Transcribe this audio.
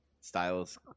Styles